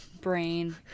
brain